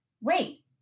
wait